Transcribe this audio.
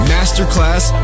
Masterclass